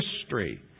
history